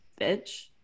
bitch